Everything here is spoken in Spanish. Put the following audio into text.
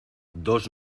dos